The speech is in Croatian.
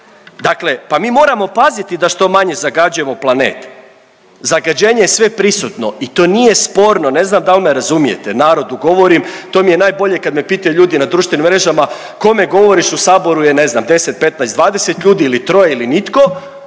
Dakle, pa mi moramo paziti da što manje zagađujemo planet, zagađenje je sveprisutno i to nije sporno, ne znam dal me razumijete, narodu govorim. To mi je najbolje kad me pitaju ljudi na društvenim mrežama, kome govoriš, u saboru je ne znam 10, 15, 20 ljudi ili troje ili nitko,